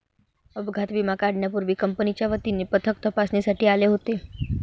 अपघात विमा काढण्यापूर्वी कंपनीच्या वतीने पथक तपासणीसाठी आले होते